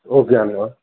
okay అన్న